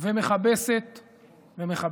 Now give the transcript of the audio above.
ומכבסת ומכבסת.